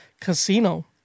Casino